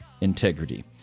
integrity